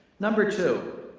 number two,